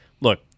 look